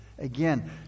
Again